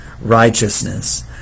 righteousness